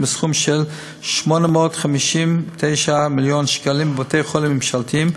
בסכום של 859 מיליון שקלים בבתי-חולים ממשלתיים.